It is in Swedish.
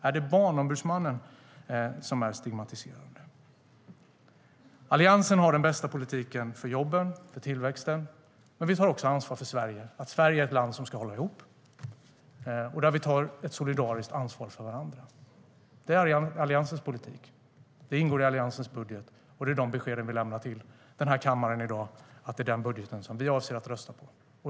Är det Barnombudsmannen som är stigmatiserande? Det är Alliansens politik. Det ingår i Alliansens budget. Det är det besked som vi har lämnat i den här kammaren, att det är den budgeten som vi avser att rösta på.